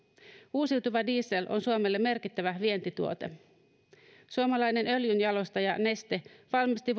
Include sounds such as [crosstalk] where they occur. uusiutuva diesel on suomelle merkittävä vientituote vuonna kaksituhattaseitsemäntoista suomalainen öljynjalostaja neste valmisti [unintelligible]